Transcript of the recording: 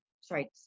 sorry